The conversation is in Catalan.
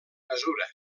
mesura